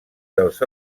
dels